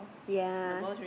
ya